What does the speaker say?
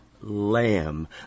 lamb